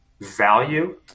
value